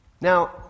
Now